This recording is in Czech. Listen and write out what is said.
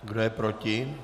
Kdo je proti?